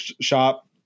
shop